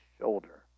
shoulder